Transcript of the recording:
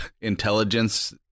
intelligence